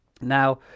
Now